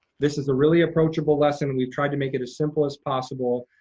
this is a really approachable lesson. we've tried to make it as simple as possible.